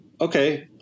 okay